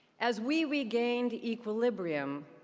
as we regained equilibrium,